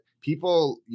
people